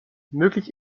möglich